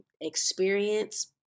experience